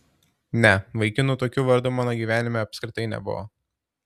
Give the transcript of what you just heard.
ne vaikinų tokiu vardu mano gyvenime apskritai nebuvo